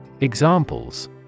Examples